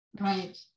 Right